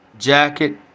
Jacket